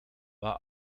war